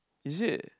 is it